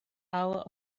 hour